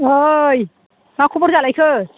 ओय मा खबर जालायखो